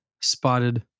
spotted